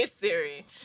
Siri